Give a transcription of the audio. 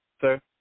Sir